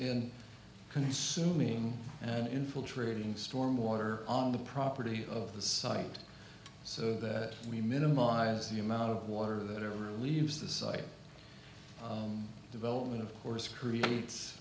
in consuming and infiltrating storm water on the property of the site so that we minimize the amount of water that ever leaves the site development of course creates